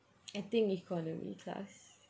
I think economy class